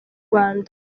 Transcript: rwanda